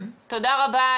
תודה רבה.